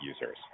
users